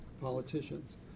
politicians